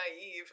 naive